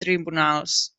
tribunals